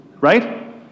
right